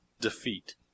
defeat